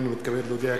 אני מתכבד להודיע,